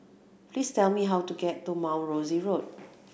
please tell me how to get to Mount Rosie Road